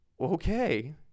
Okay